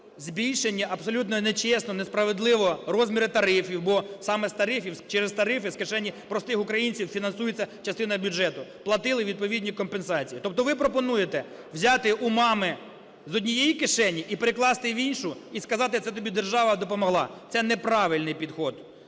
збільшення абсолютно нечесного, несправедливого розміру тарифів, бо саме з тарифів, через тарифи, з кишені простих українців, фінансується частина бюджету, платили відповіді компенсації. Тобто ви пропонуєте взяти у мами з однієї кишені і перекласти в іншу, і сказати: "це тобі держава допомогла". Це неправильний підхід,